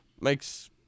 makes